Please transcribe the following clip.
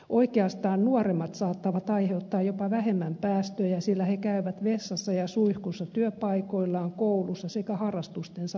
oikeastaan nuoremmat saattavat aiheuttaa jopa vähemmän päästöjä sillä he käyvät vessassa ja suihkussa työpaikoillaan kouluissa sekä harrastustensa parissa